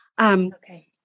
okay